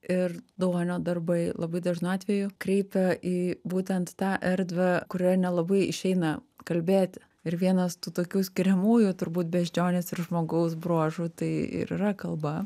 ir duonio darbai labai dažnu atveju kreipia į būtent tą erdvę kurioje nelabai išeina kalbėti ir vienas tų tokių skiriamųjų turbūt beždžionės ir žmogaus bruožų tai ir yra kalba